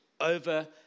over